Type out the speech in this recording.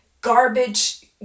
garbage